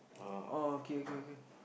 oh okay okay okay